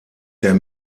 der